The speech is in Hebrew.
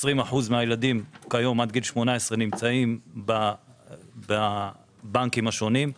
כ-20% מהילדים עד גיל 18 נמצאים בבנקים השונים.